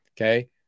Okay